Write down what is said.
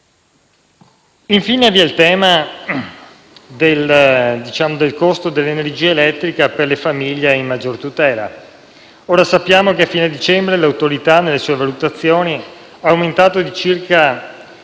infine il tema del costo dell'energia elettrica per le famiglie in maggior tutela: sappiamo che alla fine di dicembre l'Autorità, nelle sue valutazioni, ha aumentato di circa